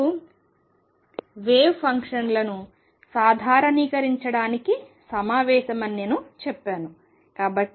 ఇప్పుడు వేవ్ ఫంక్షన్లను సాధారణీకరించడానికి సమావేశం అని నేను చెప్పాను